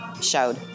showed